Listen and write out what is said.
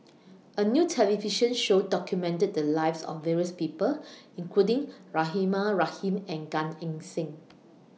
A New television Show documented The Lives of various People including Rahimah Rahim and Gan Eng Seng